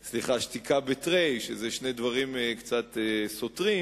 שהם שני דברים קצת סותרים,